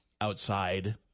outside